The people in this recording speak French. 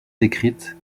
décrite